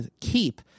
keep